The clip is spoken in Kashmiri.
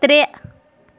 ترٛےٚ